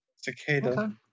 Cicada